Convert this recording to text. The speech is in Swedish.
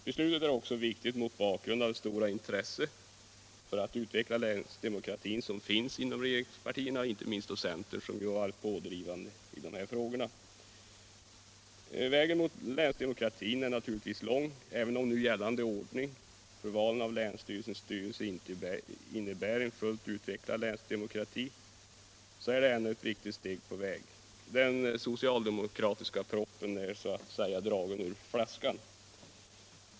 Beslutet är också viktigt mot bakgrund av det stora intresse för att utveckla länsdemokratin som finns inom regeringspartierna. Inte minst centern har ju varit pådrivande i dessa frågor. Vägen mot länsdemokrati är naturligtvis lång. Även om nu gällande ordning för valen av länsstyrelsens styrelse inte innebär en fullt utvecklad länsdemokrati är den ändå ett viktigt steg på vägen. Den socialdemokratiska proppen är så att säga dragen ur flaskan.